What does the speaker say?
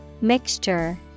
Mixture